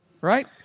Right